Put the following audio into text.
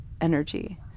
energy